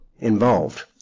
involved